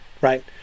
right